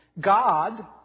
God